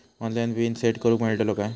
Online pin set करूक मेलतलो काय?